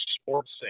sports